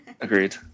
agreed